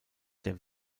der